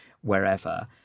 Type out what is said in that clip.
wherever